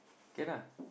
can lah